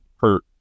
hurt